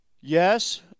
yes